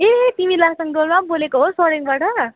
ए तिमी लासाङडोल्मा पो बोलेको हो सोरेङबाट